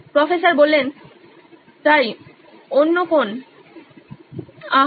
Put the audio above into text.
professor তাই অন্য কোন আহা